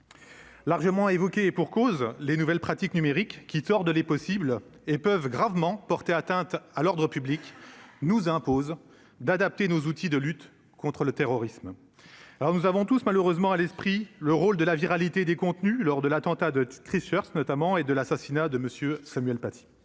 Largement évoqué, et pour cause : les nouvelles pratiques numériques qui sort de les possibles et peuvent gravement porté atteinte à l'ordre public nous impose d'adapter nos outils de lutte contre le terrorisme, alors nous avons tous malheureusement à l'esprit le rôle de la viralité des contenus lors de l'attentat de Christchurch notamment et de l'assassinat de Monsieur Samuel Paty.